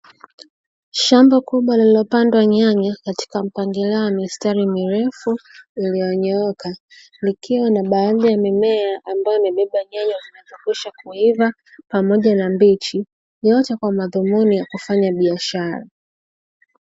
Shamba kubwa lililopandwa nyanya katika mpangilio wa mistari mirefu iliyonyooka, likiwa na baadhi ya mimea ambayo imebeba nyanya zilizokwisha kuiva, pamoja na mbichi. Yote kwa madhumuni ya kufanya biashara.